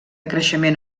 creixement